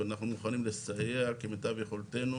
ואנחנו מוכנים לסייע כמיטב יכולתנו